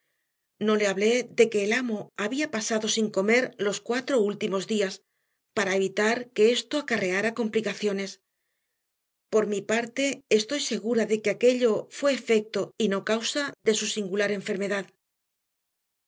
no le hablé de que el amo había pasado sin comer los cuatro últimos días para evitar que esto acarreara complicaciones por mi parte estoy segura de que aquello fue efecto y no causa de su singular enfermedad